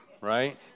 Right